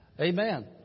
Amen